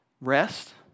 rest